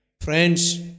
Friends